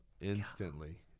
Instantly